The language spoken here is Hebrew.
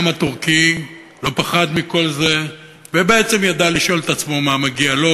העם הטורקי לא פחד מכל זה ובעצם ידע לשאול את עצמו מה מגיע לו,